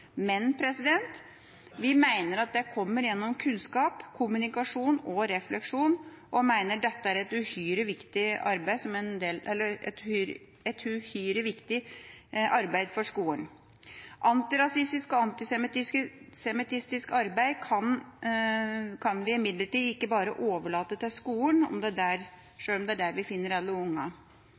men vi mener det kommer gjennom kunnskap, kommunikasjon og refleksjon, og mener dette er uhyre viktig som en del av skolens arbeid. Antirasistisk og antisemittisk arbeid kan man imidlertid ikke bare overlate til skolene, sjøl om det er der vi finner alle ungene.